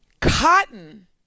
Cotton